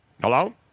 Hello